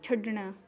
ਛੱਡਣਾ